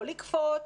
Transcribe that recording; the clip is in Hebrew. לא לקפוץ